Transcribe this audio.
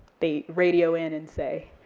they radio in and say,